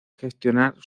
gestionar